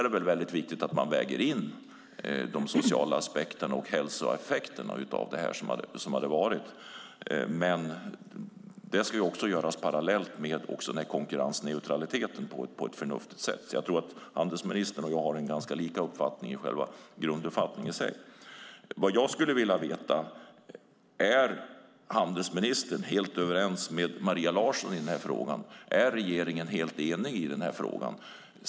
Det är väldigt viktigt att man också väger in de sociala aspekterna och hälsoeffekterna av detta, men det ska göras parallellt med konkurrensneutraliteten och på ett förnuftigt sätt. Jag tror att handelsministern och jag har ganska lika grunduppfattning. Vad jag skulle vilja veta är om handelsministern är helt överens med Maria Larsson i denna fråga. Är regeringen helt enig?